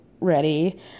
ready